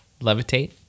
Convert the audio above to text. Levitate